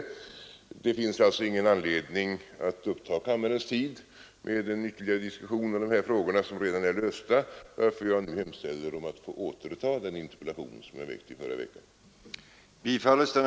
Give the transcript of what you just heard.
Det finns alltså ingen anledning att uppta kammarens tid med någon ytterligare diskussion i de här frågorna, eftersom problemen redan är lösta, varför jag nu hemställer att få återta den interpellation som jag väckte i förra veckan.